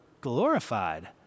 glorified